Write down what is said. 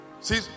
See